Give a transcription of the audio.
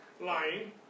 lying